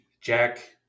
Jack